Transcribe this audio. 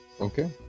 Okay